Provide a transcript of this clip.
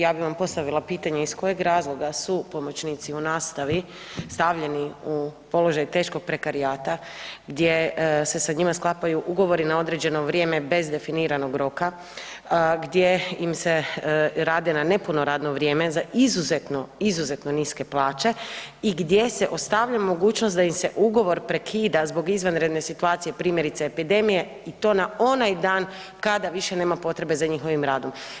Ja bih vam postavila pitanje, iz kojeg razloga su pomoćnici u nastavi stavljeni u položaj teškog prekarijata gdje se sa njima sklapaju ugovori na određeno vrijeme bez definiranog roka, gdje im se rade na nepuno radno vrijeme za izuzetno, izuzetno niske plaće i gdje se ostavlja mogućnost da im se ugovor prekida zbog izvanredne situacija, primjerice epidemije i to na onaj dan kad više nema potrebe za njihovim radom?